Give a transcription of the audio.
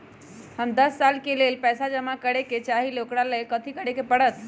हम दस साल के लेल पैसा जमा करे के चाहईले, ओकरा ला कथि करे के परत?